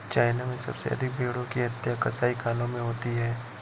China में सबसे अधिक भेंड़ों की हत्या कसाईखानों में होती है